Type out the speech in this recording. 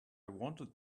wanted